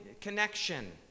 connection